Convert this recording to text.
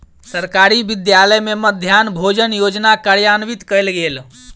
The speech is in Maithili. सरकारी विद्यालय में मध्याह्न भोजन योजना कार्यान्वित कयल गेल